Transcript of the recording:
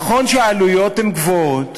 נכון שהעלויות גבוהות,